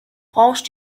branche